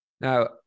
Now